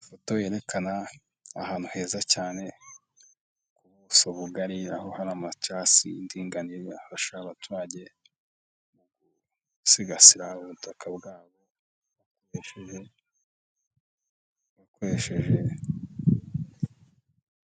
Ifoto yerekana ahantu heza cyane, ku buso bugari, aho hari amaterasi y'indinganire, afasha abaturage mu gusigasira ubutaka bwabo, bakoresheje, bakoresheje...